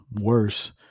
worse